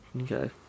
Okay